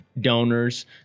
donors